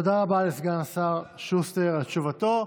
תודה רבה לסגן השר שוסטר על תשובתו.